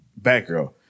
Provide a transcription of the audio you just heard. Batgirl